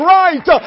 right